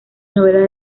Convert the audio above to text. novelas